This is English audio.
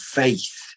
faith